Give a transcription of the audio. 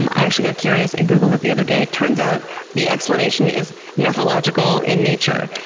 um i actually got curious and googled it the other day. turns out the explanation is nephological in nature.